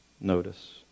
notice